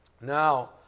Now